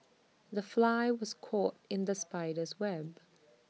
the fly was caught in the spider's web